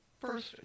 first